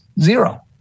zero